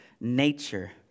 nature